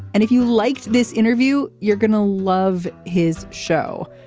and if you liked this interview you're going to love his show.